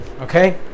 okay